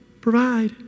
provide